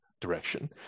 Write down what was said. direction